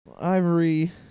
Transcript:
ivory